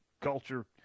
culture